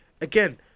Again